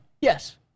Yes